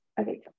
Okay